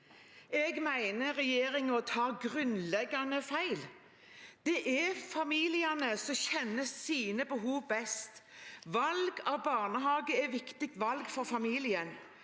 Jeg mener regjeringen tar grunnleggende feil. Det er familiene som kjenner sine behov best. Valg av barnehage er et viktig valg for familien.